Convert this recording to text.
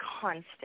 constant